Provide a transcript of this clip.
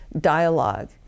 dialogue